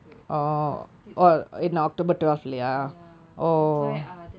constitutes forty ya ya that's why